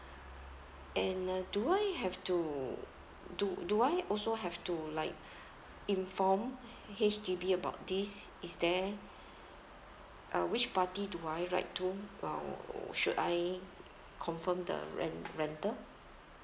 and then uh I have to do do I also have to like inform H_D_B about this is there uh which party do I write to uh should I confirm the ren~ rental